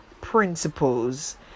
principles